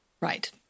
Right